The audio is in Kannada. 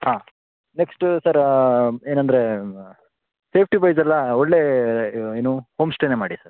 ಹಾಂ ನೆಕ್ಸ್ಟು ಸರ್ ಏನಂದ್ರೆ ಸೇಫ್ಟಿ ವೈಸೆಲ್ಲ ಒಳ್ಳೆಯ ಏನು ಹೋಮ್ಸ್ಟೇನೆ ಮಾಡಿ ಸರ್